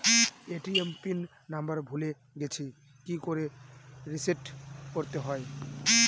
ATM pin number ভুলে গেছি কি করে রিসেট করতে হয়?